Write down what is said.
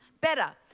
better